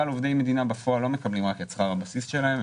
אבל עובדי מדינה בפועל לא מקבלים רק את שכר הבסיס שלהם,